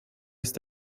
ist